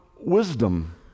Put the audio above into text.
wisdom